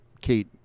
kate